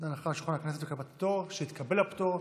על שולחן הכנסת בקבלת הפטור, התקבל הפטור.